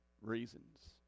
reasons